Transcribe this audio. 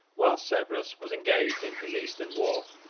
whilst severus was engaged in his eastern war,